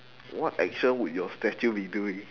what action would your statue be doing